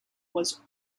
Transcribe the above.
was